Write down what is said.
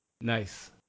Nice